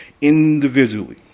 individually